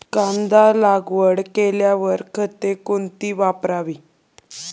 कांदा लागवड केल्यावर खते कोणती वापरावी?